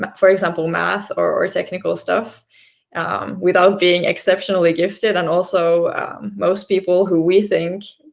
but for example, maths or or technical stuff without being exceptionally gifted, and also most people who we think,